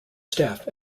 staff